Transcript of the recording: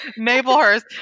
Maplehurst